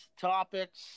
topics